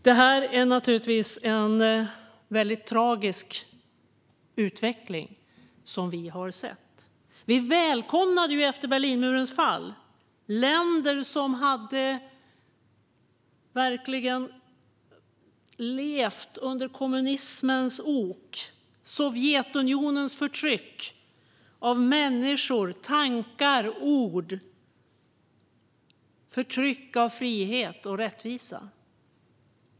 Det är naturligtvis en väldigt tragisk utveckling som vi har sett. Efter Berlinmurens fall välkomnade vi ju länder som verkligen hade levt under kommunismens ok och Sovjetunionens förtryck av människor, tankar och ord. Det var ett förtryck av frihet och rättvisa.